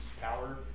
power